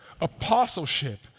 apostleship